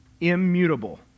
immutable